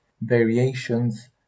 variations